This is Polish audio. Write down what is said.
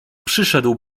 przyszedł